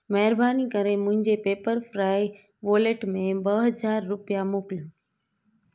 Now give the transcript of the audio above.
महिरबानी करे मुंहिंजे पेपरफ़्राय वॉलेट में ॿ हज़ार रुपिया मोकिलियो